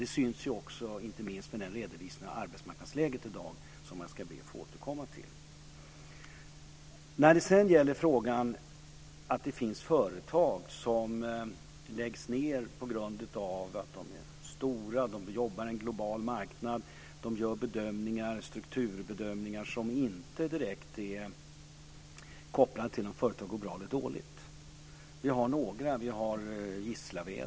Det syns också inte minst i redovisningen av arbetsmarknadsläget i dag - som jag ber att få återkomma till. Sedan finns frågan om företag som läggs ned på grund av att de är stora, jobbar i en global marknad, gör strukturbedömningar som inte är direkt kopplade till om företag går bra eller dåligt. Ett exempel är Gislaved.